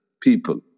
people